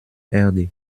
erde